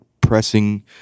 pressing